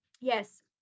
Yes